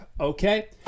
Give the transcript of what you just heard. okay